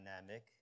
dynamic